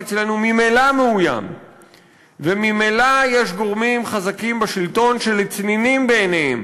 אצלנו ממילא מאוים וממילא יש גורמים חזקים בשלטון שלצנינים בעיניהם